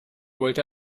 wollte